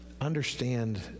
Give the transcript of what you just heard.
understand